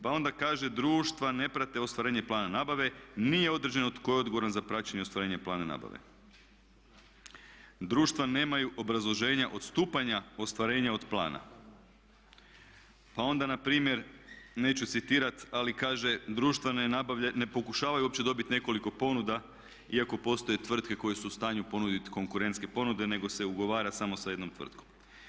Pa onda kaže: "Društva ne prate ostvarenje plana nabave, nije određeno tko je odgovoran za praćenje i ostvarenje plana nabave." "Društva nemaju obrazloženja odstupanja ostvarenja od plana." Pa onda npr., neću citirati ali kaže društva ne pokušavaju uopće dobiti nekoliko ponuda iako postoje tvrtke koje su u stanju ponuditi konkurentske ponude nego se ugovara samo sa jednom tvrtkom.